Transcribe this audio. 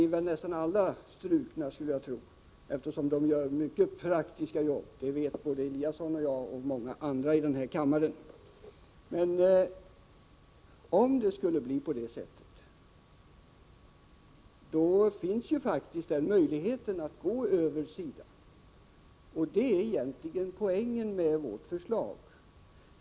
Då skulle nästan alla missionärer undantas, eftersom de utför mycket av praktiskt arbete — det vet både Ingemar Eliasson och jag liksom många andra här i kammaren. Men om det blir så att begreppet biståndsarbetare är det tillämpliga, då finns ju faktiskt möjligheten att gå över SIDA. Det är egentligen poängen med vårt förslag.